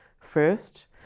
first